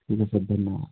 ठीक है सर धन्यवाद